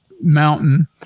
mountain